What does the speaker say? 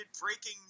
breaking